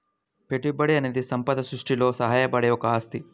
పెట్టుబడి అనేది సంపద సృష్టిలో సహాయపడే ఒక ఆస్తి